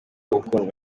gukundwa